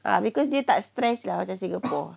ah because dia tak stress lah macam singapore